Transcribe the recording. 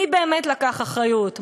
מי באמת לקח אחריות.